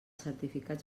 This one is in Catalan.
certificats